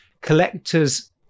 collectors